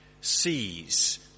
sees